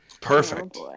Perfect